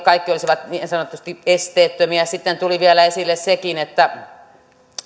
kaikki olisivat niin sanotusti esteettömiä sitten tuli vielä esille sekin että